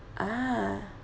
ah